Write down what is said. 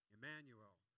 Emmanuel